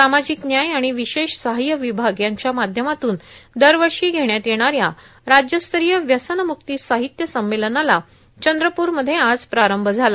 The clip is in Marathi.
सामाजिक न्याय आर्गण विशेष सहाय्य विभाग यांच्या माध्यमातून दरवर्षा घेण्यात येणाऱ्या राज्यस्तरोंय व्यसनमुक्ती साहित्य संमेलनाला चंद्रपूरमध्ये आज प्रारंभ झाला